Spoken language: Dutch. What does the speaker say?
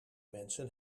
mensen